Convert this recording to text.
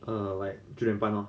err like 九点半 lor